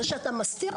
זה שאתה מסתיר,